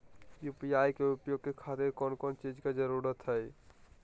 UPI के उपयोग के खातिर कौन कौन चीज के जरूरत है?